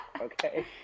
Okay